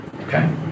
okay